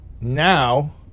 now